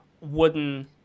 wooden